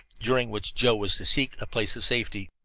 during which joe was to seek a place of safety.